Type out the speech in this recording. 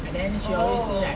oh